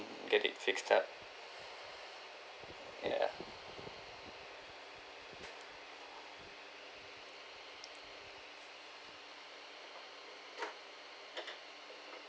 get it fixed up yeah